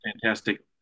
fantastic